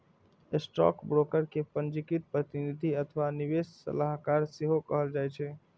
stockbroker कें पंजीकृत प्रतिनिधि अथवा निवेश सलाहकार सेहो कहल जाइ छै